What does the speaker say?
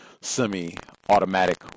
semi-automatic